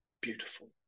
beautiful